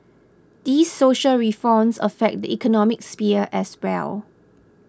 these social reforms affect the economic sphere as well